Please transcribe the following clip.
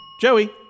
Joey